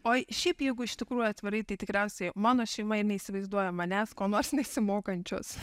oi šiaip jeigu iš tikrųjų atvirai tai tikriausiai mano šeima neįsivaizduoja manęs ko nors nesimokančios